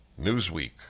Newsweek